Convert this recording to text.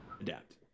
Adapt